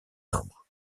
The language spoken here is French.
arbres